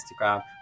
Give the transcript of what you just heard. Instagram